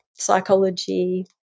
psychology